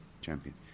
champion